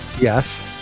Yes